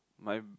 my